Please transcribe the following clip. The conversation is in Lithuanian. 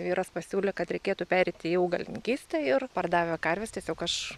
vyras pasiūlė kad reikėtų pereiti į augalininkystę ir pardavę karves tiesiog aš